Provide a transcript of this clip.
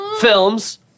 Films